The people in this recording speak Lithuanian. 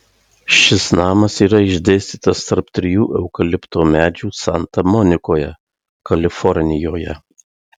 šis namas yra išdėstytas tarp trijų eukalipto medžių santa monikoje kalifornijoje